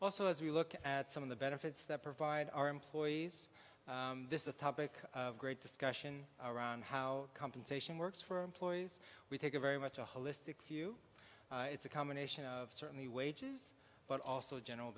also as we look at some of the benefits that provide our employees this is a topic of great discussion around how compensation works for employees we take a very much a holistic view it's a combination of certainly wages but also general